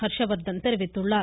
ஹர்ஷவர்த்தன் தெரிவித்துள்ளார்